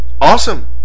Awesome